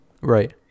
Right